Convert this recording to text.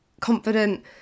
confident